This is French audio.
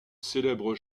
célèbre